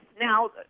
now